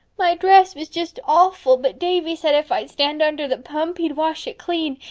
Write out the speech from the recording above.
my dress was just awful but davy said if i'd stand under the pump he'd wash it clean,